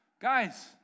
Guys